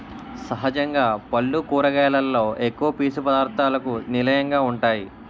సహజంగా పల్లు కూరగాయలలో ఎక్కువ పీసు పధార్ధాలకు నిలయంగా వుంటాయి